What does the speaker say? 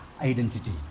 identity